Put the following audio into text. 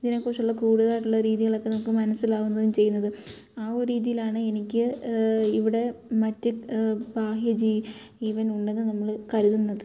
ഇതിനെക്കുറിച്ചുള്ള കൂടുതലായിട്ടുള്ള രീതികളൊക്കെ നമുക്ക് മനസ്സിലാവുന്നതും ചെയ്യുന്നതും ആ ഒരു രീതിയിലാണ് എനിക്ക് ഇവിടെ മറ്റ് ബാഹ്യ ജീ ജീവനുണ്ടെന്ന് നമ്മൾ കരുതുന്നത്